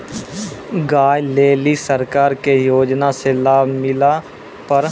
गाय ले ली सरकार के योजना से लाभ मिला पर?